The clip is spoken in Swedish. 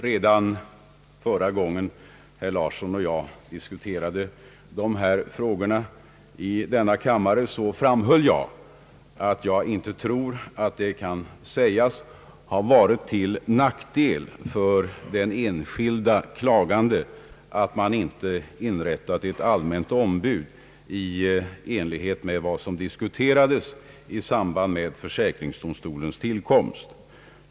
Redan förra gången herr Larsson och jag diskuterade dessa frågor i denna kammare framhöll jag att jag inte tror att det kan sägas ha varit till nackdel för den enskilde klagande att man inte har tillsatt ett allmänt ombud i enlighet med vad som diskuterades i samband med försäkringsdomstolens tillkomst.